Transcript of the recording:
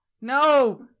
no